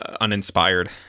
uninspired